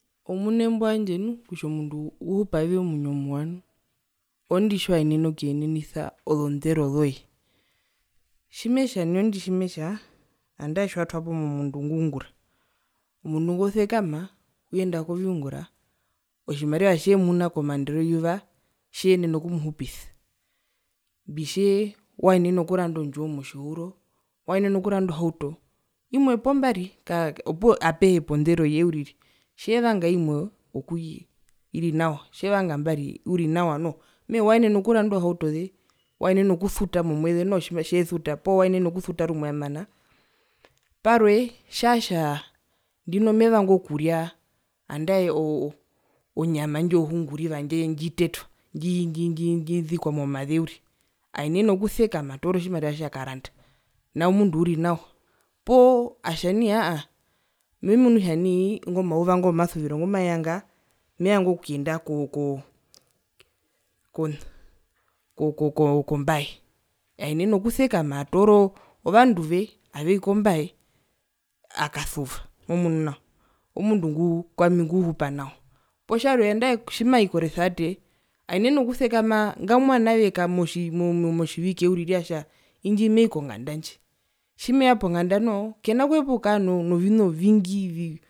Oumune imbo wandje nu kutjavi omundu uhupavi omwinyo muwa nu oondu tjiwaenene okuyenenisa ozondero zoye tjimetja nai ondi tjimetja andae tjiwatapo mundu ngungura omundu ngo usekama uyenda koviungura otjimariva tjemuna komaandero weyuva tjiyenena okumuhupisa mbitje waenene okuranda ondjiwo motjihuro waenene okuranda ohauto imwe po mbari apehe ponderoye uriri tjevanga imwe okuye peri nawa tjevanga mbari uri nawa noho mehee waenene okuranda ozohautoze waenene okusuta momweze noho tjesuta poo waenene okusuta rumwe amana. Parwe tjatja ndino mevanga okuria andae o o onyama indjo yohunguriva ndjitetwa ndji ndji ndji ndjizikwa momaze uri aenene okusekama atoora otjimariva tjo akaranda nao mundu uri nawa poo atjanii aa memunu kutja nai ingo mauva ngo womasuviro ngumaeya nga mevanga okuyenda ko ko kona ko ko kombae aenene okusekama atoora o ovanduve aveii kombae akasuva momunu nao omundu nguu kwami nguhupa nawa poo nandae tjarwe tjimai koresevate aenene okusekama ngamwa onaweka motjivike uriri atja indji mei konganda ndji tjimeya ponganda noho kena kuhepa okuhepa okukara novina ovingi ovi ovii